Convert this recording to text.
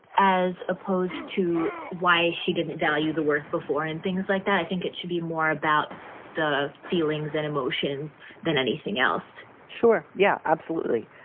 as opposed to why she didn't value the work before and things like that. i think it should be more about the feelings and emotions than anything else sure. yeah. absolutely.